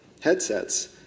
headsets